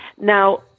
Now